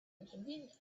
inconvenience